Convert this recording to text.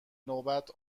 نوبت